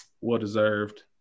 Well-deserved